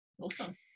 Awesome